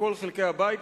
מכל חלקי הבית,